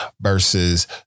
versus